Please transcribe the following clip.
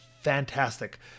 fantastic